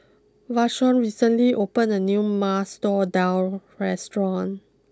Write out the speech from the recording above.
Vashon recently opened a new Masoor Dal restaurant